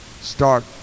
Start